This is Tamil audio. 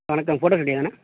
வணக்கம் ஃபோட்டோ ஸ்டூடியோ தானே